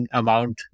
amount